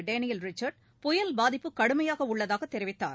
Daniel Richard புயல் பாதிப்பு கடுமையாகஉள்ளதாகதெரிவித்தார்